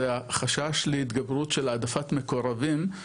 זה החשש להתגברות של העדפת מקורבים,